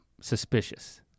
suspicious